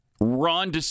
Ron